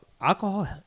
alcohol